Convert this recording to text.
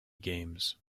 games